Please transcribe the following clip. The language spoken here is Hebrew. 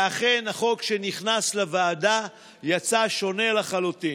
ואכן החוק שנכנס לוועדה יצא שונה לחלוטין.